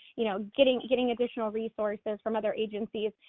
you know, getting getting additional resources from other agencies,